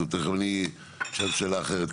תכף אני אשאל שאלה אחרת.